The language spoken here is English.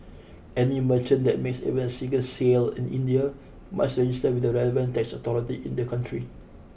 any merchant that makes even a single sale in India must register with the relevant tax authority in the country